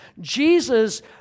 Jesus